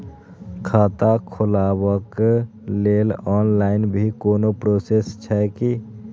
खाता खोलाबक लेल ऑनलाईन भी कोनो प्रोसेस छै की?